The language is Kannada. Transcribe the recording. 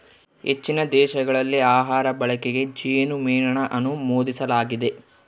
ಹೆಚ್ಚಿನ ದೇಶಗಳಲ್ಲಿ ಆಹಾರ ಬಳಕೆಗೆ ಜೇನುಮೇಣನ ಅನುಮೋದಿಸಲಾಗಿದೆ